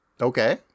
Okay